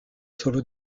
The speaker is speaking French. solo